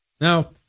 Now